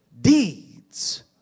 deeds